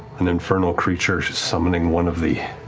an infernal creature summoning one of the